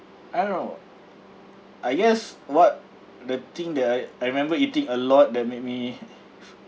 I don't know I guess what the thing that I I remember eating a lot that made me